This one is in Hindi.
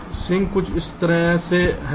सिंक कुछ इस तरह है